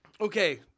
Okay